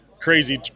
crazy